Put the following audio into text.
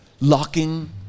locking